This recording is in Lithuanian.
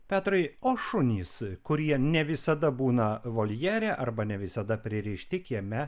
petrai o šunys kurie ne visada būna voljere arba ne visada pririšti kieme